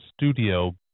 studio